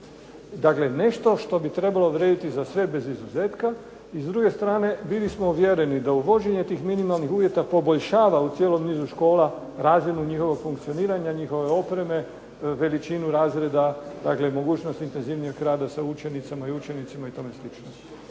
Dakle, nešto što bi trebalo vrijediti za sve bez izuzetka. I s druge strane bili smo uvjereni da uvođenje tih minimalnih uvjeta poboljšava u cijelom nizu škola … njihovog funkcioniranja, njihove opreme, veličinu razreda, dakle mogućnost intenzivnijeg rada sa učenicama i učenicima i tome